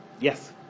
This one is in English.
Yes